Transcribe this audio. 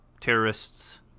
terrorists